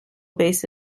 based